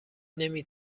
نمی